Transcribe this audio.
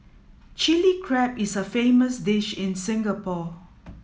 Chilli Crab is a famous dish in Singapore